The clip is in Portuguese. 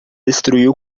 destruiu